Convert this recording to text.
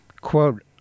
quote